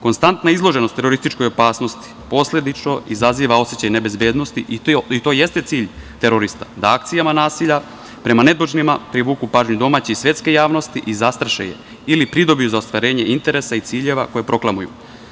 Konstantna izloženost terorističkoj opasnosti posledično izaziva osećaj nebezbednosti i to jeste cilj terorista, da akcijama nasilja prema nedužnima privuku pažnju domaće i svetske javnosti i zastraše je ili pridobiju zastarenje interesa i ciljeva koje proklamuju.